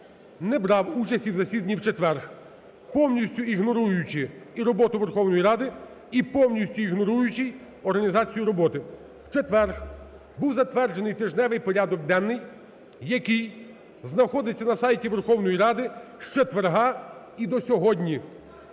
не брав участі в засіданні в четвер, повністю ігноруючи і роботу Верховної Ради і повністю ігноруючи організацію роботи. В четвер був затверджений тижневий порядок денний, який знаходиться на сайті Верховної Ради з четверга і до сьогодні,